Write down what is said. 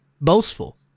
boastful